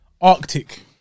Arctic